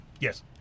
Yes